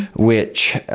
which